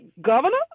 Governor